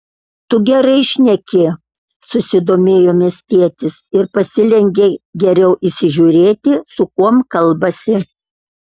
tu gerai šneki susidomėjo miestietis ir pasilenkė geriau įsižiūrėti su kuom kalbasi